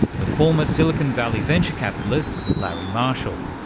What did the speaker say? the former silicon valley venture capitalist larry marshall.